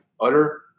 utter